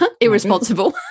Irresponsible